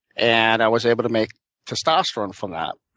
and i was able to make testosterone from that.